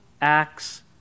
acts